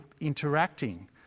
interacting